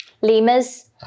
Lemurs